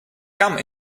come